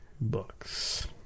books